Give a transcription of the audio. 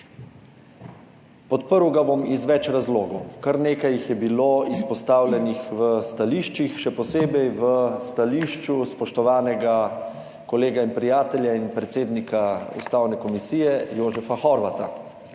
Podprl ga bom iz več razlogov, kar nekaj jih je bilo izpostavljenih v stališčih, še posebej v stališču spoštovanega kolega in prijatelja in predsednika Ustavne komisije Jožefa Horvata.